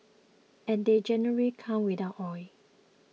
and they generally come without oil